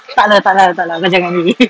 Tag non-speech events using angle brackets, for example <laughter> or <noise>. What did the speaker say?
tak lah tak lah tak lah kau jangan <laughs>